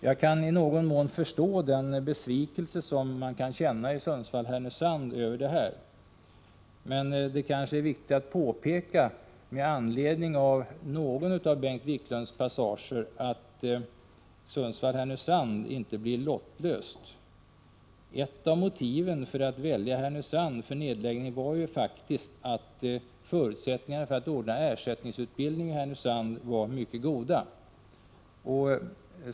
Jag kan i någon mån förstå den besvikelse som man kan känna i Sundsvall-Härnösand över detta. Det är viktigt att, med anledning av någon av Bengt Wiklunds passager, påpeka att Sundsvall-Härnösand inte blir lottlöst. Ett av motiven till att välja Härnösand som nedläggningsort var faktiskt att förutsättningarna för att ordna ersättningsutbildning i Härnösand var mycket goda.